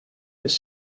was